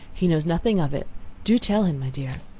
he knows nothing of it do tell him, my dear.